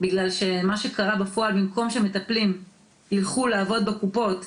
בגלל שמה שקרה בפועל הוא שבמקום שמטפלים ילכו לעבוד בקופות,